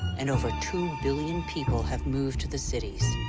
and over two billion people have moved to the cities.